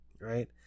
right